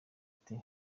ati